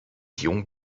jung